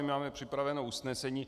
Máme připraveno usnesení.